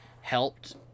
helped